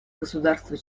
государства